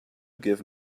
give